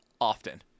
often